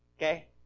okay